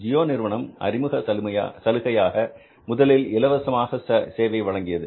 ஜியோ நிறுவனம் அறிமுக சலுகையாக முதலில் இலவசமாக சேவை வழங்கியது